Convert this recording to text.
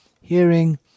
hearing